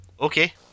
Okay